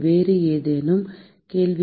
வேறு ஏதேனும் கேள்வி